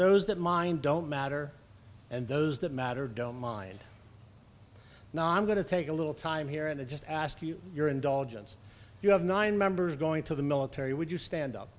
those that mind don't matter and those that matter don't mind now i'm going to take a little time here and just ask you your indulgence you have nine members going to the military would you stand up